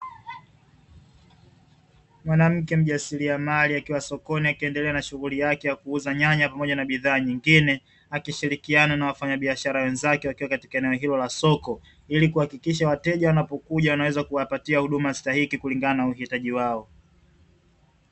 Mwanamke mjasiriamali akiwa sokoni, akiendelea na shughuli yake ya kuuza nyanya pamoja na bidhaa nyingine, akishirikiana na wafanya biashara wenzake wakiwa katika eneo hilo la soko, ili kuhakikisha wateja wanapokuja anaweza kuwapatia huduma stahiki kulingana na uhitaji wao.